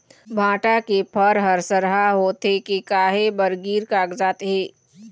भांटा के फर हर सरहा होथे के काहे बर गिर कागजात हे?